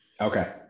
Okay